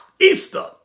Easter